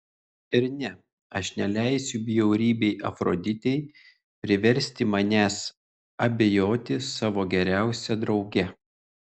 ir ne aš neleisiu bjaurybei afroditei priversti manęs abejoti savo geriausia drauge